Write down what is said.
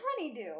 honeydew